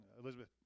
Elizabeth